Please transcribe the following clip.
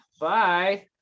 bye